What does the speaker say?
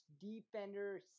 defender